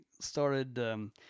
started